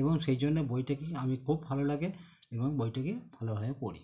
এবং সেই জন্যে বইটাকেই আমি খুব ভালো লাগে এবং বইটিকে ভালোভাবে পড়ি